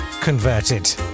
converted